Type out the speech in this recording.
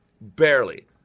barely